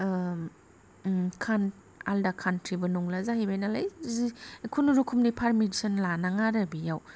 खान आलदा खान्थ्रिबो नंला जाहैबाय नालाय जि खुनुरुखुमनि फारमिसन लानाङा आरो बेयाव